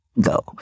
go